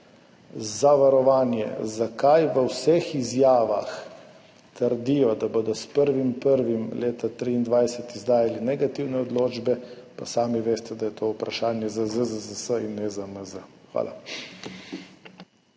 zavarovanje, zakaj v vseh izjavah trdijo, da bodo s 1. 1. 2023 izdajali negativne odločbe, pa sami veste, da je to vprašanje za ZZZS in ne za MZ.